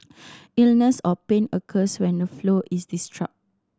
illness or pain occurs when the flow is